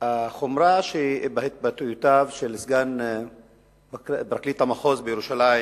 החומרה שבהתבטאויותיו של סגן פרקליט המחוז בירושלים